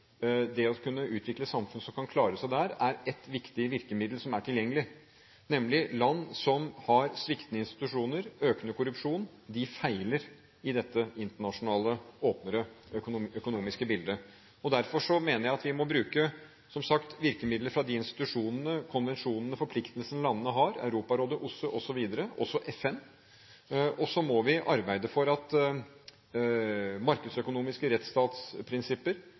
det å kunne utvikle samfunn som kan klare seg der, er ett viktig virkemiddel som er tilgjengelig. Land som har sviktende institusjoner og økende korrupsjon, feiler i dette internasjonale, åpnere økonomiske bildet. Derfor mener jeg at vi må bruke, som sagt, virkemidler fra de institusjonene, konvensjonene og forpliktelsene landene har – Europarådet, OSSE osv., også FN – og så må vi arbeide for at markedsøkonomiske rettsstatsprinsipper